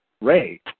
Ray